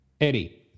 Eddie